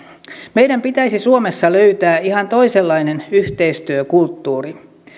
meidän pitäisi suomessa löytää ihan toisenlainen yhteistyökulttuuri